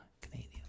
Canadian